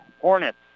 Hornets